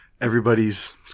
everybody's